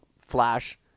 flash